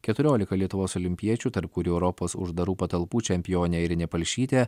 keturiolika lietuvos olimpiečių tarp kurių europos uždarų patalpų čempionė airinė palšytė